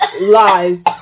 Lies